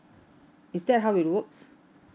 is that how it works